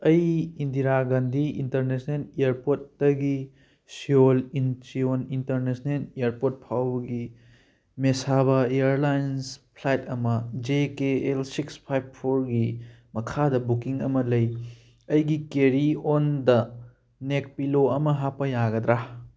ꯑꯩ ꯏꯟꯗꯤꯔꯥ ꯒꯥꯟꯙꯤ ꯏꯟꯇꯔꯅꯦꯁꯅꯦꯜ ꯏꯌꯥꯔꯄꯣꯔꯠꯇꯒꯤ Seoul Incheon international airport ꯐꯥꯎꯕꯒꯤ ꯃꯦꯁꯕꯥ ꯏꯌꯔꯂꯥꯏꯟꯁ ꯐ꯭ꯂꯥꯏꯠ ꯑꯃ J K L six five ꯐꯣꯔꯒꯤ ꯃꯈꯥꯗ ꯕꯨꯀꯤꯡ ꯑꯃ ꯂꯩ ꯑꯩꯒꯤ ꯀꯦꯔꯤ ꯑꯣꯟꯗ ꯅꯦꯛ ꯄꯤꯂꯣ ꯑꯃ ꯍꯥꯞꯄ ꯌꯥꯒꯗ꯭ꯔꯥ